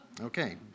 Okay